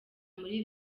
muri